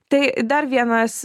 tai dar vienas